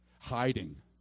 hiding